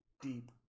deep